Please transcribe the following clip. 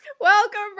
Welcome